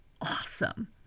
awesome